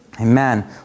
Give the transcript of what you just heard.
Amen